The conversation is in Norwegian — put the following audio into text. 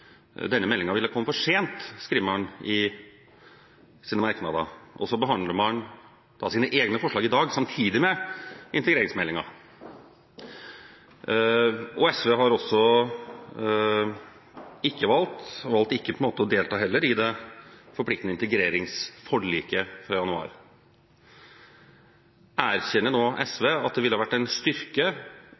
denne meldingen ville komme for sent. Så behandler man sine egne forslag i dag, samtidig med integreringsmeldingen. SV har også valgt ikke å delta i det forpliktende integreringsforliket fra januar. Erkjenner SV nå at det ville vært en styrke,